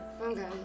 Okay